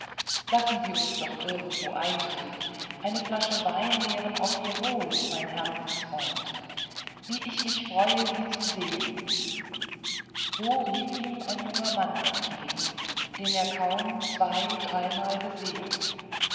lassen sie uns irgendwo eintreten eine flasche wein leeren auf ihr wohl mein herzensfreund wie ich mich freue sie zu sehen so rief ihm ein junger mann entgegen den er kaum zwei dreimal gesehen